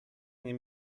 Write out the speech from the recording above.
nie